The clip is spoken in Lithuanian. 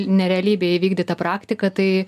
ne realybėj įvykdyta praktika tai